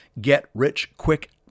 get-rich-quick